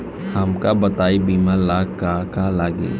हमका बताई बीमा ला का का लागी?